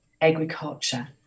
agriculture